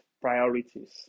priorities